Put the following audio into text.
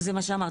זה מה שאמרתי,